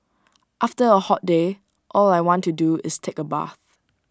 after A hot day all I want to do is take A bath